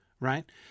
Right